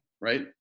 right